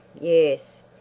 yes